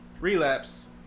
Relapse